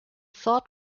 thought